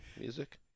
music